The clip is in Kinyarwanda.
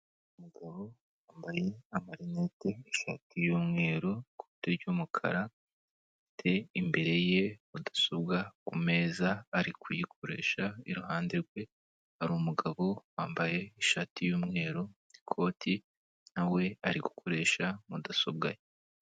Umugabo yambaye amarinete, ishati y'umweru, ikoti ry'umukarate imbere ye mudasobwa ku meza ari kuyikoresha iruhande rwe hari umugabo wambaye ishati y'umweru n'ikoti na we ari gukoresha mudasobwa ye.